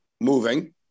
moving